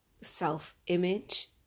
self-image